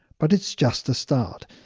but it's just a start.